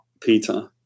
Peter